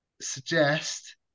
suggest